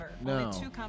No